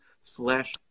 slash